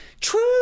true